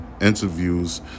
interviews